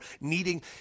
needing